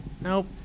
Nope